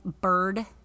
bird